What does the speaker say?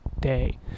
day